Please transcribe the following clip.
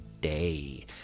day